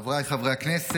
חבריי חברי הכנסת,